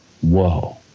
whoa